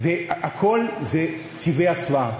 והכול זה צבעי הסוואה.